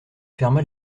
ferma